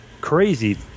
crazy